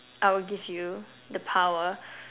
I would give you the power